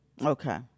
Okay